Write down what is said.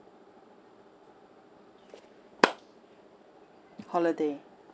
holiday